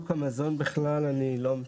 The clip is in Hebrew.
שוק המזון בכלל אני לא מטפל.